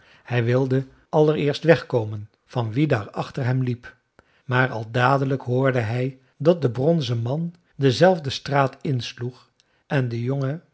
hij wilde allereerst wegkomen van wie daar achter hem liep maar al dadelijk hoorde hij dat de bronzen man dezelfde straat insloeg en de jongen